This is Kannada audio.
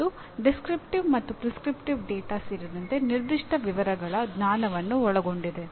ಮತ್ತು ಡಿಸ್ಟ್ರಿಪ್ಟಿವ್ ಡೇಟಾ ಸೇರಿದಂತೆ ನಿರ್ದಿಷ್ಟ ವಿವರಗಳ ಜ್ಞಾನವನ್ನು ಒಳಗೊಂಡಿದೆ